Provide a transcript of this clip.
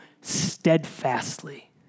steadfastly